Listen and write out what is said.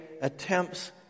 attempts